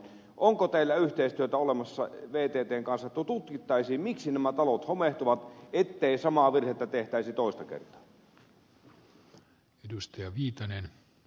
onko teillä yhteistyötä olemassa vttn kanssa että tutkittaisiin miksi nämä talot homehtuvat ettei samaa virhettä tehtäisi toista kertaa